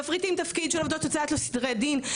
מפריטים תפקיד של עובדות סוציאליות לסדרי דין.